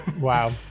wow